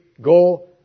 go